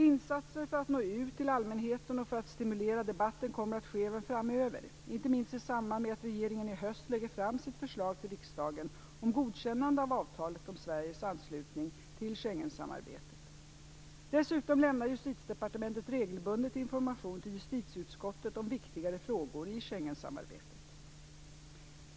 Insatser för att nå ut till allmänheten och för att stimulera debatten kommer att ske även framöver, inte minst i samband med att regeringen i höst lägger fram sitt förslag till riksdagen om godkännande av avtalet om Sveriges anslutning till Schengensamarbetet. Dessutom lämnar Justitiedepartementet regelbundet information till justitieutskottet om viktigare frågor i Schengensamarbetet.